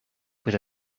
with